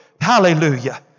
Hallelujah